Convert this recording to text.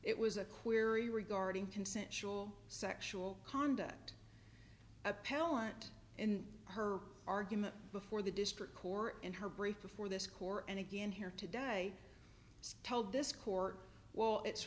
it was a query regarding consensual sexual conduct appellant in her argument before the district court in her brief before this core and again here today told this court well it's